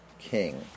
King